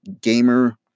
gamer